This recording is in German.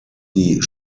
die